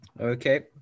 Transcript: Okay